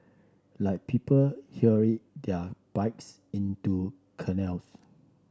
like people hurl their bikes into canals